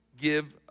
give